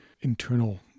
internal